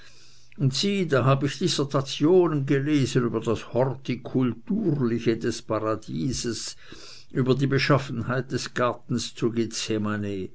und sieh da hab ich dissertationen gelesen über das hortikulturliche des paradieses über die beschaffenheit des gartens zu